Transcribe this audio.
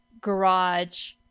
garage